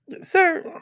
Sir